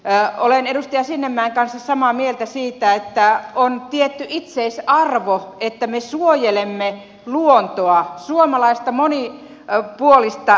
olen edustaja sinnemäen kanssa samaa mieltä siitä että on tietty itseisarvo että me suojelemme luontoa suomalaista monipuolista luontoa